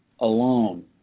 alone